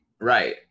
right